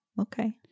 okay